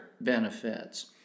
benefits